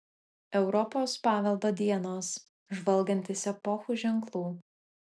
europos paveldo dienos žvalgantis epochų ženklų